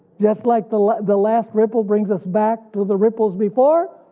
just like the the last ripple brings us back to the ripples before,